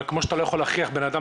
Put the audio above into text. אבל כמו שאתה לא יכול להכריח בנאדם